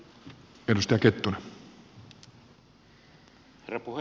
herra puhemies